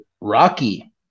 Rocky